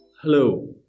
Hello